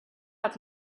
out